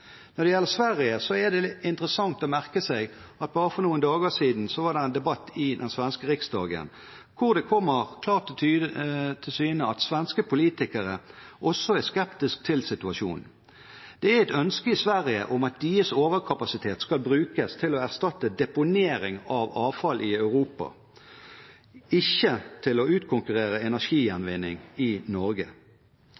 Når det gjelder Sverige, er det litt interessant å merke seg at det for bare noen dager siden var en debatt i den svenske riksdagen hvor det kommer klart og tydelig fram at svenske politikere også er skeptiske til situasjonen. Det er et ønske i Sverige om at deres overkapasitet skal brukes til å erstatte deponering av avfall i Europa, ikke til å utkonkurrere energigjenvinning i Norge.